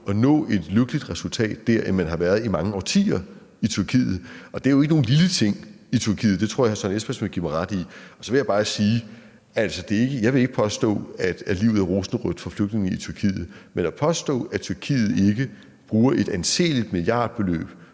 at nå et lykkeligt resultat der, end man har været i mange årtier i Tyrkiet. Det er jo ikke nogen lille ting i Tyrkiet, og det tror jeg hr. Søren Espersen vil give mig ret i. Og så vil jeg bare sige: Jeg vil ikke påstå, at livet er rosenrødt for flygtninge i Tyrkiet, men at påstå, at Tyrkiet ikke bruger et anseligt milliardbeløb